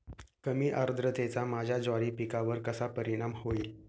कमी आर्द्रतेचा माझ्या ज्वारी पिकावर कसा परिणाम होईल?